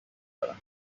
دارم